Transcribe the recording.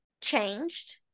changed